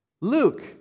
Luke